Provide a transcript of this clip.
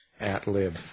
at-lib